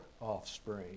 offspring